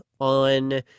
on